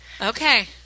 Okay